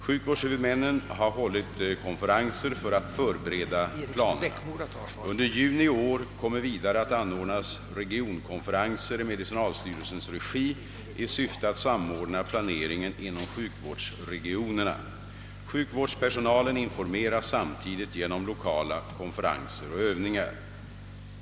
Sjukvårdshuvudmännen har hållit konferenser för att förbereda planerna. Under juni i år kommer vidare att ordnas regionkonferenser i medicinalstyrelsens regi i syfte att samordna planeringen inom sjukvårdsregionerna. Sjukvårdspersonalen informeras samtidigt genom lokala konferenser och övningar.